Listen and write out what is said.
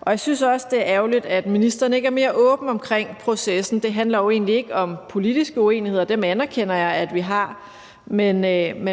Og jeg synes også, at det er ærgerligt, at ministeren ikke er mere åben omkring processen – det handler jo ikke om politiske uenigheder, dem anerkender jeg at vi har. Men